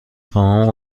خواهم